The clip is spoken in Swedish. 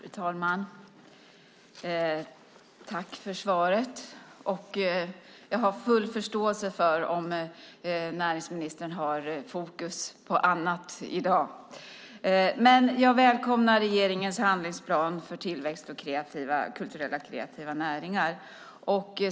Fru talman! Tack för svaret! Jag har full förståelse för om näringsministern har fokus på annat i dag. Jag välkomnar regeringens handlingsplan för tillväxt och kulturella och kreativa näringar.